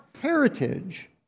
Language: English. heritage